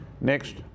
Next